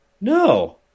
No